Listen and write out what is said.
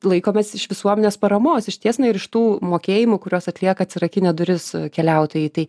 laikomės iš visuomenės paramos išties na ir iš tų mokėjimų kuriuos atlieka atsirakinę duris keliautojai tai